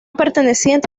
perteneciente